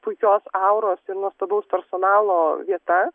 puikios auros ir nuostabaus personalo vieta